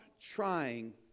trying